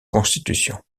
constitution